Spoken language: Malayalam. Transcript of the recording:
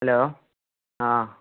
ഹലോ ആ